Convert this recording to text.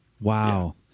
Wow